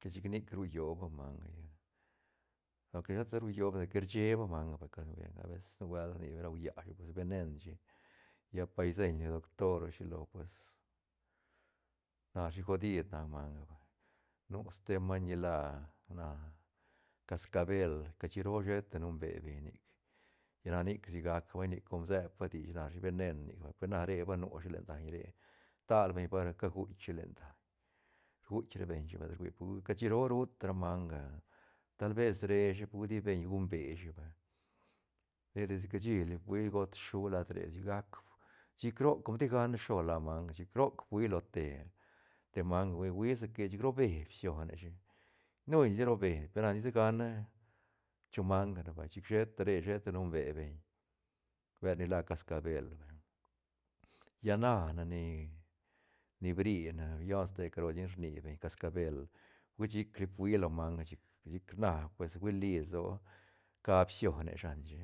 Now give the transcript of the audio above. Lla chic nic rulloba manga chic no que no shet sa ru lluba manga rcheeba manga abeces nubuelt rni beñ rau llashi pues venen shi lla par seiñla lo doctor o shilo pues nashi godid nac manga nu ste maiñ ni la na cascabel cashi roo sheta numbe beñ nic lla na nic si gac bai nic com sepa dish narshi venen nic vay pe na re ba nushi len daiñ re stal beñ bal ca guitk shi len daiñ rguitk ra beñ shi lat rhui pu cashi roo ru ta ra manga tal ves reshi pe hui ti beñ gunbeshi vay re desde cashi fuia got shua lad re sigac chic roc com ti gana shilo la manga chic roc fuia lo te- te manga hui- huia se que chic rube bsioneshi nui li ru be pe na nisa gana chu manga ne vay chic sheta re sheta numbe beñ bël ni la cascabel lla na ne ni ni brine bione ste caro chic rni beñ cascabel hui chic li fuia lo manga chic- chic na pues huili lsoa ca bsione shanshi